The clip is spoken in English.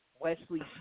Wesley